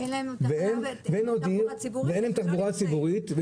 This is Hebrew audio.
אין להם תחבורה ציבורית.